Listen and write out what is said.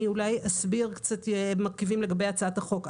אני אסביר מרכיבים לגבי הצעת החוק.